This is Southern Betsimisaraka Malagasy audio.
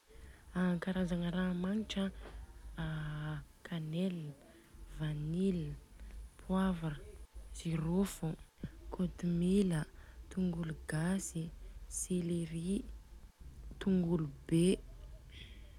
A ankarazagna ra magnitra an, a kanele, vanille, poivre, jirofo, kôtimila, tongolo gasy, selery, tongolo be.